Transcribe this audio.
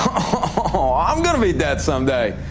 oh, i'm going to be dead someday.